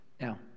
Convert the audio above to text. Now